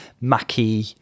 Mackie